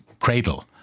cradle